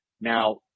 now